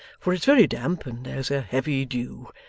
for it's very damp and there's a heavy dew.